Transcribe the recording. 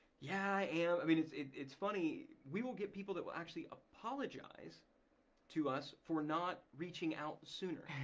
yeah i am. i mean it's it's funny, we will get people that will actually apologize to us for not reaching out sooner.